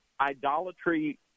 idolatry